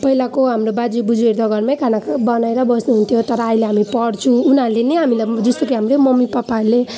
पहिलाको हाम्रो बाजेबोजूहरूले घरमा खाना खा बनाएरै बस्नुहुन्थ्यो तर अहिले हामी पढ्छु उनीहरूले नि हामीलाई जस्तो कि हाम्रै मम्मीपापाहरूले